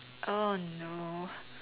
oh no